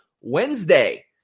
Wednesday